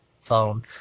phone